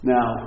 Now